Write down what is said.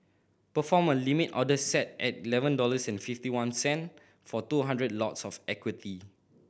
perform a Limit order set at eleven dollars and fifty one cent for two hundred lots of equity